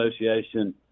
Association